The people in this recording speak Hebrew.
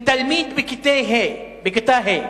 אם תלמיד בכיתה ה'